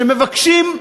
שמבקשים,